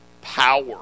power